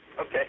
Okay